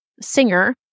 Singer